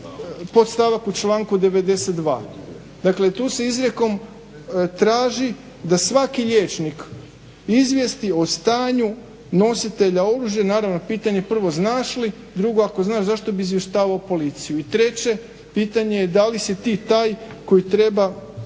podstavak u članku 92. Dakle, tu se izrijekom traži da svaki liječnik izvijesti o stanju nositelja oružja, naravno pitanje je prvo znaš li, drugo ako znaš zašto bi izvještavao policiju, i treće pitanje je da li si ti taj koji treba